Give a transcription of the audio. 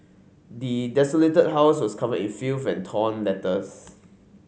the desolated house was covered in filth and torn letters